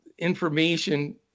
information